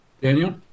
Daniel